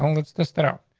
um let's this thing out.